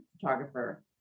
photographer